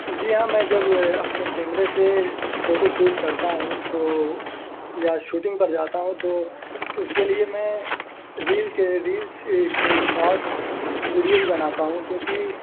جی ہاں میں جب اپنے کیمرے سے فوٹو شوٹ کرتا ہوں تو یا شوٹنگ پر جاتا ہوں تو اس کے لیے میں ریل کے ریلس کے شارٹ ویڈیو بھی بناتا ہوں کیونکہ